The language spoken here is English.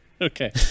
Okay